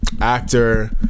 Actor